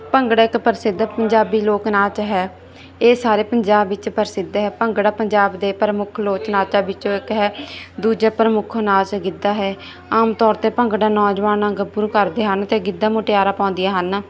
ਭੰਗੜਾ ਇੱਕ ਪ੍ਰਸਿੱਧ ਪੰਜਾਬੀ ਲੋਕ ਨਾਚ ਹੈ ਇਹ ਸਾਰੇ ਪੰਜਾਬ ਵਿੱਚ ਪ੍ਰਸਿੱਧ ਹੈ ਭੰਗੜਾ ਪੰਜਾਬ ਦੇ ਪ੍ਰਮੁੱਖ ਲੋਚਨਾਚਾਂ ਵਿੱਚੋਂ ਇੱਕ ਹੈ ਦੂਜਾ ਪ੍ਰਮੁੱਖ ਨਾਚ ਗਿੱਧਾ ਹੈ ਆਮ ਤੌਰ 'ਤੇ ਭੰਗੜਾ ਨੌਜਵਾਨ ਗੱਭਰੂ ਕਰਦੇ ਹਨ ਅਤੇ ਗਿੱਧਾ ਮੁਟਿਆਰਾਂ ਪਾਉਂਦੀਆਂ ਹਨ